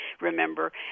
remember